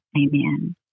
Amen